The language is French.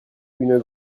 une